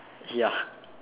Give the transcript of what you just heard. ya